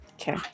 Okay